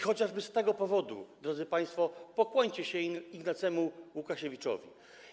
Chociażby z tego powodu, drodzy państwo, pokłońcie się Ignacemu Łukasiewiczowi.